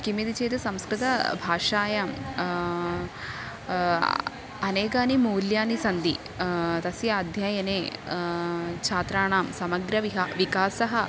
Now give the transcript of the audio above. किमिति चेत् संस्कृत भाषायां अनेकानि मूल्यानि सन्ति तस्य अध्ययने छात्राणां समग्रविकासः विकासः